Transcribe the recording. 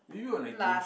last